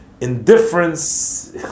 indifference